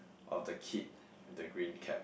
of the kid in the green cap